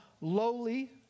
lowly